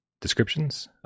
descriptions